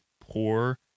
poor